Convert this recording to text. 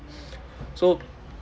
so